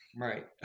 Right